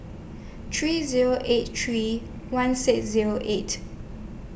three Zero eight three one six Zero eight